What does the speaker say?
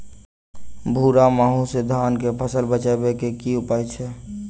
भूरा माहू सँ धान कऽ फसल बचाबै कऽ की उपाय छै?